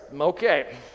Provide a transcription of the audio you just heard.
Okay